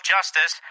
Justice